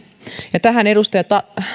ja tähän isovanhempien oikeuteen edustaja